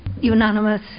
Unanimous